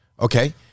Okay